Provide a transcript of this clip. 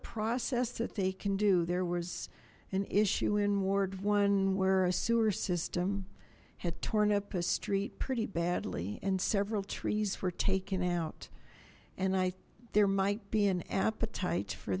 process that they can do there was an issue in ward one where a sewer system had torn up a street pretty badly and several trees were taken out and i there might be an appetite for